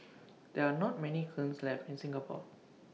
there are not many kilns left in Singapore